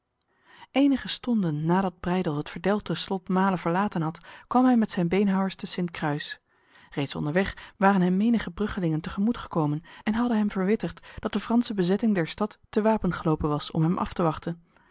enige stonden nadat breydel het verdelgde slot male verlaten had kwam hij met zijn beenhouwers te sint kruis reeds onderweg waren hem menige bruggelingen tegemoet gekomen en hadden hem verwittigd dat de franse bezetting der stad te wapen gelopen was om hem af te wachten